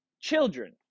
children